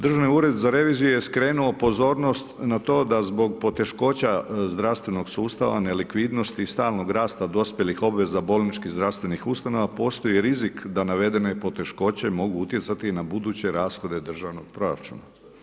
Državni ured za reviziju je skrenuo pozornost na to da zbog poteškoća zdravstvenog sustava nelikvidnosti, stalnog rasta dospjelih obveza, bolničkih zdravstvenih ustanova, postoji rizik da navedene poteškoće mogu utjecati na buduće rashode državnog proračuna.